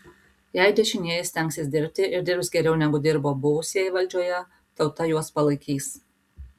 jei dešinieji stengsis dirbti ir dirbs geriau negu dirbo buvusieji valdžioje tauta juos palaikys